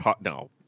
No